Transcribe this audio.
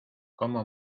como